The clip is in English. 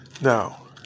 Now